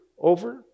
over